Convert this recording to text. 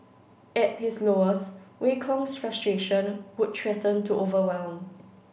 at his lowest Wei Kong's frustration would threaten to overwhelm